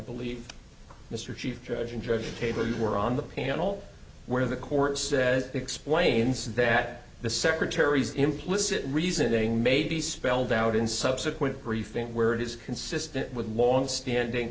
believe mr chief judge and judge table were on the panel where the court says explains that the secretary's implicit reasoning may be spelled out in subsequent briefing where it is consistent with longstanding